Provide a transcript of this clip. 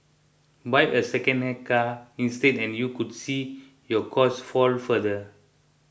buy a second hand car instead and you could see your costs fall further